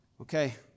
Okay